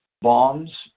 Bombs